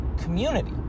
community